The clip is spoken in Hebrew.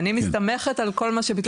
ברור, אני מסתמכת על כל מה שביטוח לאומי.